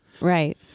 Right